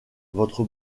votre